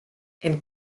and